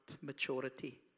maturity